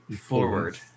forward